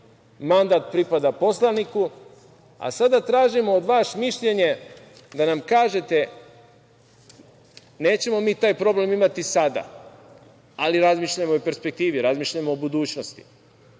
mandat pripada poslaniku. Sada tražimo od vas mišljenje da nam kažete, nećemo mi taj problem imati sada, ali razmišljam o perspektivi, razmišljam o budućnosti.